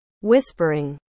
Whispering